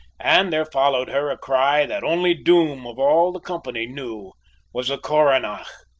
and there followed her a cry that only doom of all the company knew was a coronach,